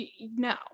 no